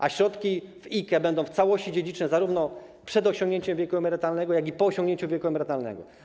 A środki w IKE będą w całości dziedziczne zarówno przed osiągnięciem wieku emerytalnego, jak i po osiągnięciu wieku emerytalnego.